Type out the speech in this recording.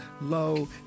low